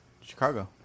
Chicago